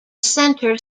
center